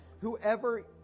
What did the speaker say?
whoever